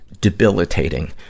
debilitating